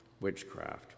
witchcraft